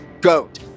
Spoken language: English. GOAT